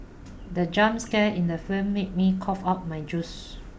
the jump scare in the film made me cough out my juice